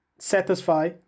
satisfy